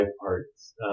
parts